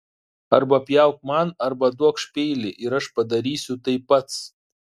arba pjauk man arba duokš peilį ir aš padarysiu tai pats